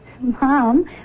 Mom